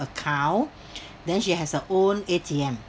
account then she has her own A_T_M